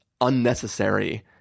unnecessary